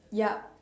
ya